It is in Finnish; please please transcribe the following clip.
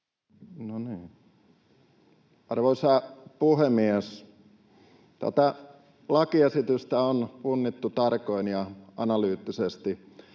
Arvoisa puhemies! Tätä lakiesitystä on punnittu tarkoin ja analyyttisesti